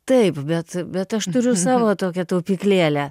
taip bet bet aš turiu savo tokią taupyklėlę